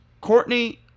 Courtney